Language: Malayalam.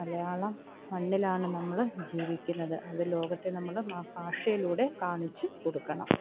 മലയാളം മണ്ണിലാണ് നമ്മൾ ജീവിക്കുന്നത് അത് ലോകത്തെ നമ്മൾ മ ഭാഷയിലൂടെ കാണിച്ചു കൊടുക്കണം